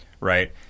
right